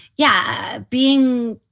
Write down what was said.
yeah, being